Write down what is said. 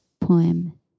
poem